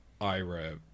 ira